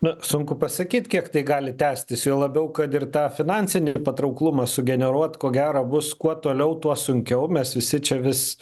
na sunku pasakyt kiek tai gali tęstis juo labiau kad ir tą finansinį patrauklumą sugeneruot ko gero bus kuo toliau tuo sunkiau mes visi čia vis